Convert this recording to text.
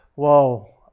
whoa